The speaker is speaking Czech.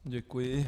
Děkuji.